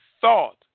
thought